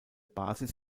basis